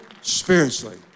spiritually